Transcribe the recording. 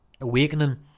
awakening